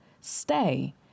stay